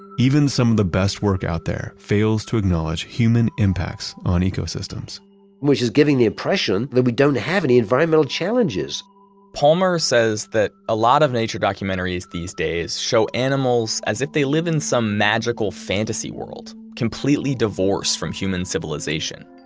even some of the best work out there fails to acknowledge human impacts on ecosystems which is giving the impression that we don't have any environmental challenges palmer says that a lot of nature documentaries these days show animals as if they live in some magical fantasy world, completely divorced from human civilization.